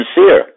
sincere